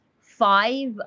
five